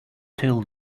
till